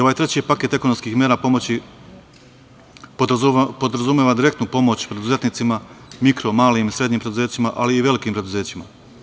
Ovaj treći paket ekonomskih mera pomoći podrazumeva direktnu pomoć preduzetnicima, mikro, malim i srednjim preduzećima, ali i velikim preduzećima.